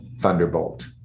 thunderbolt